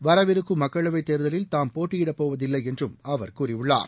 வரவிருக்கும் மக்களவைத் தேர்தலில் தாம் போட்டியிடப்போவதில்லை என்றும் அவர் கூறியுள்ளார்